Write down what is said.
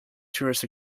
tourist